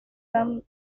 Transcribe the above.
gum